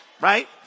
Right